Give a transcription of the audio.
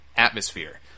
atmosphere